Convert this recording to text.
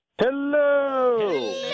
Hello